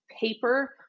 paper